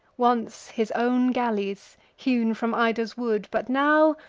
once his own galleys, hewn from ida's wood but now,